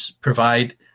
provide